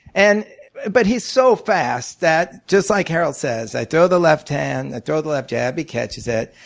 and but he's so fast that just like harold says, i throw the left hand, i throw the left jab, he catches it.